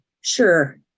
Sure